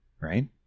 right